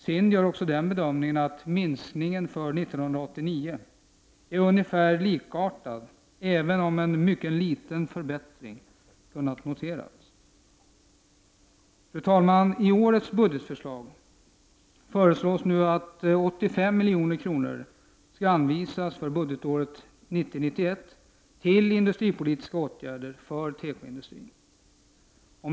SIND gör också den bedömningen att minskningen för 1989 är ungefär likartad, även om en mycket liten förbättring kunnat noteras. Fru talman! I årets budgetförslag föreslås nu att 85 milj.kr. skall anvisas för budgetåret 1990/91 till industripolitiska åtgärder för tekoindustrin.